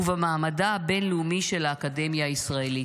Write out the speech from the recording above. ובמעמדה הבין-לאומי של האקדמיה הישראלית.